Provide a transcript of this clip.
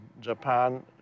Japan